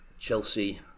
Chelsea